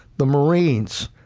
the marines,